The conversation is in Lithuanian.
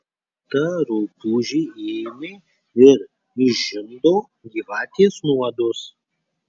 ta rupūžė ėmė ir išžindo gyvatės nuodus